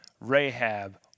Rahab